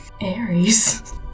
Aries